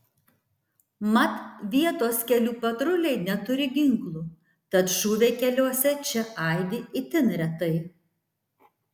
mat vietos kelių patruliai neturi ginklų tad šūviai keliuose čia aidi itin retai